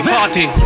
Party